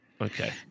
okay